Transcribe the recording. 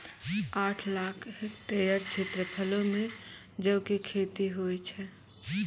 आठ लाख हेक्टेयर क्षेत्रफलो मे जौ के खेती होय छै